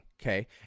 Okay